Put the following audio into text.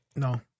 No